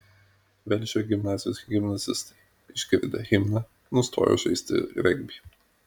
velžio gimnazijos gimnazistai išgirdę himną nustojo žaisti regbį